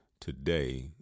Today